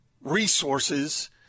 resources